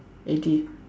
eighty